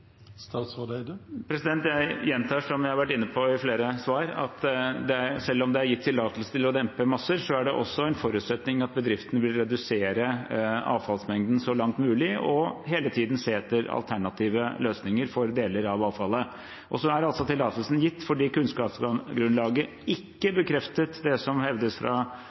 Jeg gjentar – som jeg har vært inne på i flere svar – at selv om det er gitt tillatelse til å dumpe masser, er det også en forutsetning at bedriften vil redusere avfallsmengden så langt mulig og hele tiden se etter alternative løsninger for deler av avfallet. Så er altså tillatelsen gitt, fordi kunnskapsgrunnlaget i dette tilfellet ikke bekreftet det som hevdes fra